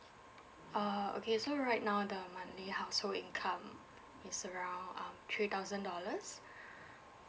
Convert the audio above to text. ah okay so right now the monthly household income is around um three thousand dollars